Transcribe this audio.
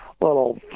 little